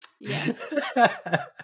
Yes